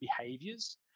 behaviors